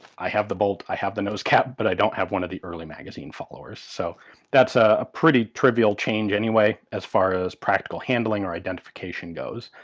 i have the bolt, i have the nose cap, but i don't have one of the early magazine followers. so that's ah a pretty trivial change anyway as far as practical handling or identification goes,